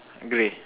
grey